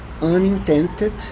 unintended